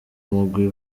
mugwi